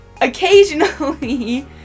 Occasionally